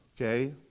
okay